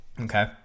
Okay